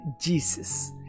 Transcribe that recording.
Jesus